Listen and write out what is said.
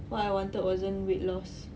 what I wanted wasn't weight loss